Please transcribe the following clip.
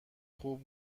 خوب